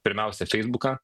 pirmiausia feisbuką